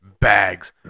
bags